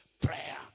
prayer